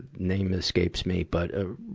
name escapes me. but, ah,